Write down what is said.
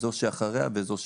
זו שאחריה וזו שאחריה.